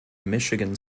michigan